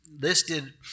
listed